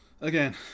again